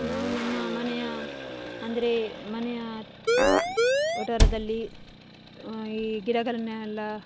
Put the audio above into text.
ನಾವು ನಮ್ಮ ಮನೆಯ ಅಂದರೆ ಮನೆಯ ವಠಾರದಲ್ಲಿ ಈ ಗಿಡಗಳನ್ನೆಲ್ಲ